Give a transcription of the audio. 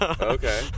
okay